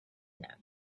known